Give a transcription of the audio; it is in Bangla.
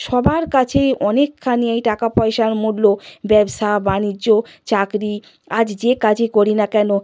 সবার কাছেই অনেকখানি এই টাকা পয়সার মূল্য ব্যবসা বাণিজ্য চাকরি আজ যে কাজই করি না কেন